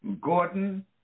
Gordon